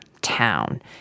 town